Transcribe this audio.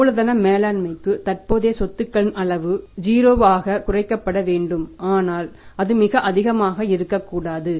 மூலதன மேலாண்மைக்கு தற்போதைய சொத்துக்களின் அளவு 0 ஆகக் குறைக்கப்பட வேண்டும் ஆனால் அது மிக அதிகமாக இருக்கக்கூடாது